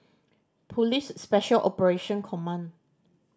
Police Special Operation Command